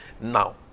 Now